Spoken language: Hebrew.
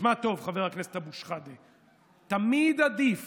תשמע טוב, חבר הכנסת אבו שחאדה, תמיד עדיף